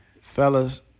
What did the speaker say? Fellas